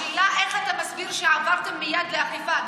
השאלה היא איך אתה מסביר שעברתם מייד לאכיפה.